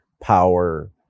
power